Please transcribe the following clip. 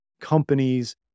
companies